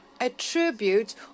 attribute